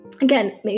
Again